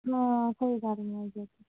हां कोई गल्ल निं